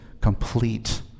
complete